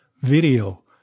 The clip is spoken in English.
video